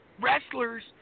wrestlers